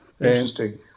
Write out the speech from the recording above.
Interesting